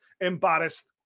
embarrassed